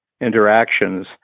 interactions